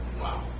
wow